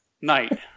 night